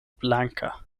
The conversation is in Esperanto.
blanka